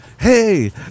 Hey